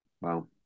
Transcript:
Wow